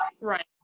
Right